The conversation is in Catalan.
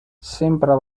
sempre